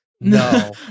No